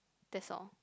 that's all